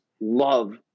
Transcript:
love